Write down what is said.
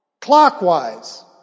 Clockwise